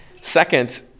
second